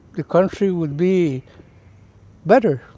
the country would be better,